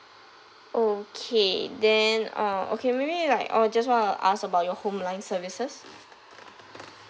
okay then uh okay maybe like I would just want to ask about your home line services